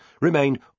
remained